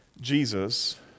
Jesus